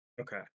Okay